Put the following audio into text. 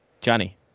Johnny